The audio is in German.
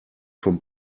vom